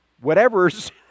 whatever's